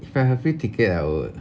if I have free ticket I would